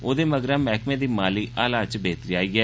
ओदे मगरा मैहकमे दी माली हालत च बेहतरी आई ऐ